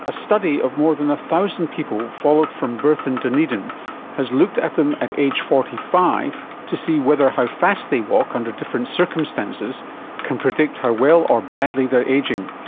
a study of more than one thousand people followed from birth in dunedin has looked at them at age forty five to see whether how fast they walk under different circumstances can predict how well or badly they are ageing.